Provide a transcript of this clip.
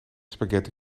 spaghetti